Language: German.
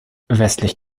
westlich